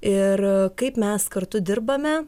ir kaip mes kartu dirbame